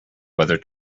whether